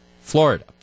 Florida